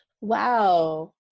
Wow